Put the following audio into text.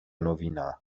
nowina